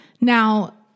Now